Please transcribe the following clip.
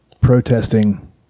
protesting